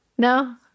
No